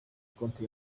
konti